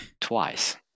twice